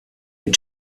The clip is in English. your